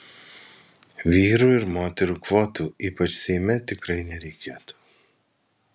vyrų ir moterų kvotų ypač seime tikrai nereikėtų